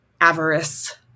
avarice